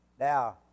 Now